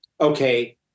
okay